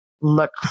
look